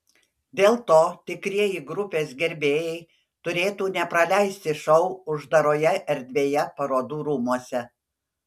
dėl to tikrieji grupės gerbėjai turėtų nepraleisti šou uždaroje erdvėje parodų rūmuose